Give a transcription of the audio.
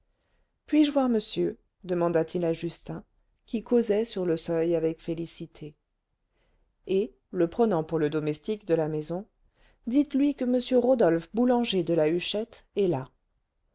puis-je voir monsieur demanda-t-il à justin qui causait sur le seuil avec félicité et le prenant pour le domestique de la maison dites-lui que m rodolphe boulanger de la huchette est là